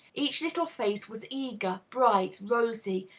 each little face was eager, bright, rosy,